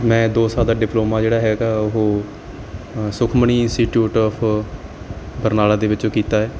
ਮੈਂ ਦੋ ਸਾਲ ਦਾ ਡਿਪਲੋਮਾ ਜਿਹੜਾ ਹੈਗਾ ਉਹ ਅ ਸੁਖਮਣੀ ਇਸਟੀਟਿਊਟ ਆਫ ਬਰਨਾਲਾ ਦੇ ਵਿੱਚੋਂ ਕੀਤਾ